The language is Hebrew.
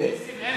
נסים,